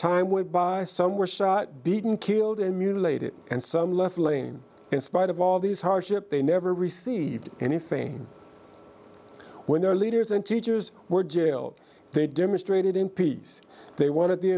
time went by some were shot beaten killed and mutilated and some left lane in spite of all these hardship they never received anything when their leaders and teachers were jailed they demonstrated in peace they